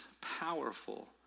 powerful